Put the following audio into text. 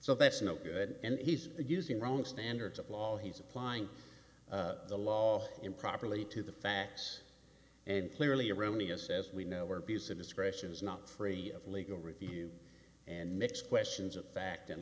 so that's no good and he's using wrong standards of law he's applying the law improperly to the facts and clearly erroneous as we know or piece of discretion is not free of legal review and mix questions of fact and